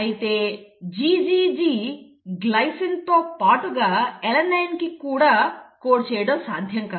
అయితే GGG glycine తో పాటుగా అలనైన్కు కూడా కోడ్ చేయడం సాధ్యం కాదు